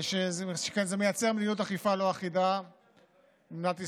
שכן זה מייצר מדיניות אכיפה לא אחידה במדינת ישראל.